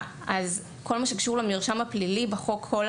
כל מה שקשור למרשם הפלילי בחוק כל